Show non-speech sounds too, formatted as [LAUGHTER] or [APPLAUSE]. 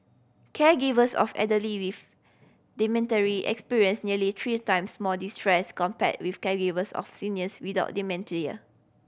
caregivers of elderly with [UNINTELLIGIBLE] experienced nearly three times more distress compared with caregivers of seniors without dementia